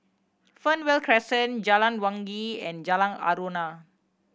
Fernvale Crescent Jalan Wangi and Jalan Aruan